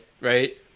right